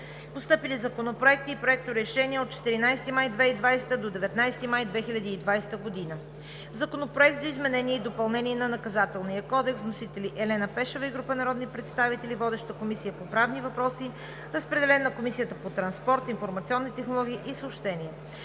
Постъпили законопроекти и проекторешения от 14 май 2020 г. до 19 май 2020 г.: Законопроект за изменение и допълнение на Наказателния кодекс. Вносители: Елена Пешева и група народни представители. Водеща е Комисията по правни въпроси. Разпределен е на Комисията по транспорт, информационни технологии и съобщения.